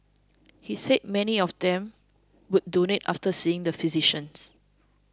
he said many of them would donate after seeing the physicians